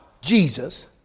Jesus